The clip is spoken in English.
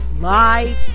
live